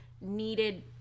needed